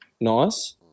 nice